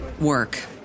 work